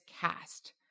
cast